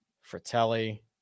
Fratelli